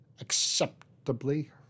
acceptably